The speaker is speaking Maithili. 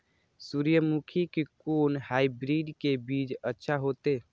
सूर्यमुखी के कोन हाइब्रिड के बीज अच्छा होते?